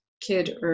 kid